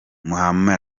muhammed